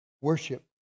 worship